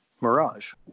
Mirage